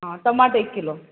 आ टमाट एक किलो